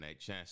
NHS